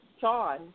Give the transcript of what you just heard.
John